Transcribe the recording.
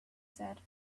said